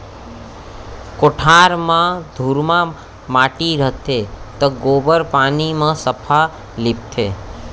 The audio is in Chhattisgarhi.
कोठार म धुर्रा माटी रथे त गोबर पानी म सफ्फा लीपथें